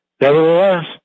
Nevertheless